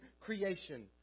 creation